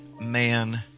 man